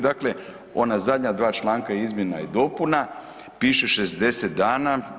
Dakle, ona zadnja dva članka izmjena i dopuna piše 60 dana.